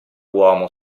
uomo